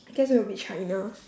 I guess it would be china